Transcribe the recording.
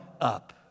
up